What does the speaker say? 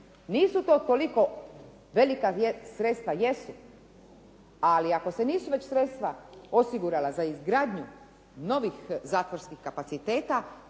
Nisu to toliko, velika sredstva jesu, ali ako se nisu već sredstva osigurala za izgradnju novih zatvorskih kapaciteta,